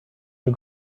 you